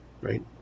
Right